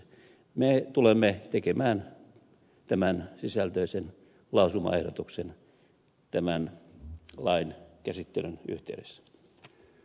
me tulemme tekemään tämän sisältöisen lausumaehdotuksen tämän lain käsittelyn yhteydessä